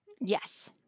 Yes